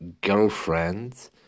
girlfriend